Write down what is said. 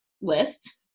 list